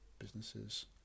businesses